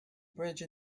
bridge